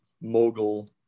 mogul